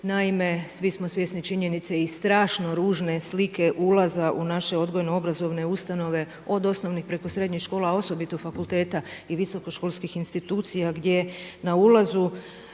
Naime, svi smo svjesni činjenice i strašno ružne slike ulaza u naše odgojno-obrazovne ustanove od osnovnih preko srednjih škola, a osobito fakulteta i visokoškolskih institucija gdje na ulazu